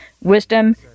Wisdom